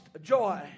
joy